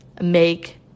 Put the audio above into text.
make